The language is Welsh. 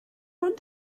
ond